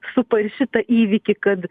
supa ir šitą įvykį kad